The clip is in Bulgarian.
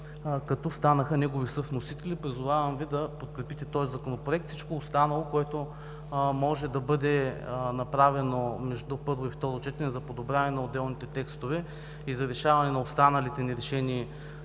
като станаха негови съвносители. Призовавам Ви да подкрепите този Законопроект! Всичко останало, което може да бъде направено между първо и второ четене за подобряване на отделните текстове и за решаване на останалите нерешени